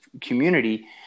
community